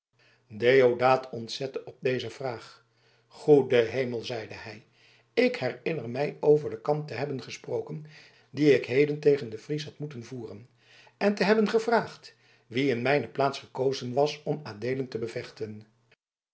deodaat ontzette op deze vraag goede hemel zeide hij ik herinner mij over den kamp te hebben gesproken dien ik heden tegen den fries had moeten voeren en te hebben gevraagd wie in mijne plaats gekozen was om adeelen te bevechten